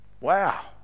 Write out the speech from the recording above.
Wow